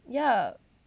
ya